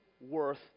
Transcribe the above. worth